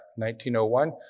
1901